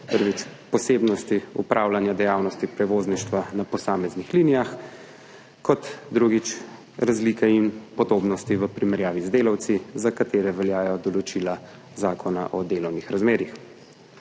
prvič, posebnosti opravljanja dejavnosti prevozništva na posameznih linijah, in drugič, razlike in podobnosti v primerjavi z delavci, za katere veljajo določila Zakona o delovnih razmerjih.